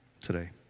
today